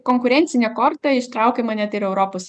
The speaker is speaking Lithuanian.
konkurencinė korta ištraukiama net ir europos